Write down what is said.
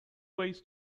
ways